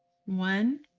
one,